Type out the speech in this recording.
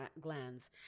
glands